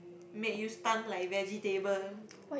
make you stun like vegetable